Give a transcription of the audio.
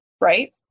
Right